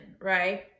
right